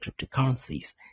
cryptocurrencies